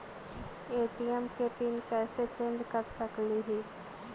ATM के pin कैसे change कर सकली ही?